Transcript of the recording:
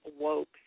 woke